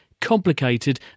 complicated